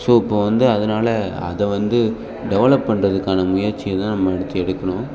so இப்போது வந்து அதனால் அதை வந்து டெவலப் பண்ணுறதுக்கான முயற்சியை தான் நம்ம அடுத்து எடுக்கணும்